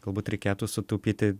galbūt reikėtų sutaupyti